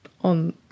on